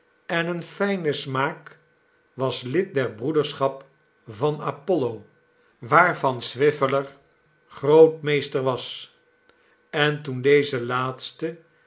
en een fijnen smaak was lid der broederschap van apollo waarvan swiveller grootmeester was en toen deze laatste